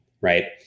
right